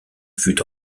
fut